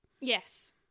Yes